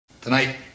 Tonight